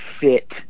fit